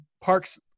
parks